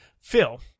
Phil